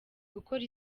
gukora